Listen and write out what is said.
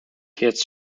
hits